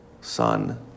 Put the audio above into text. son